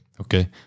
Okay